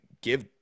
give